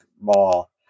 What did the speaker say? mall